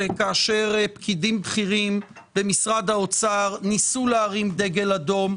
שכאשר פקידים בכירים במשרד האוצר ניסו להרים דגל אדום,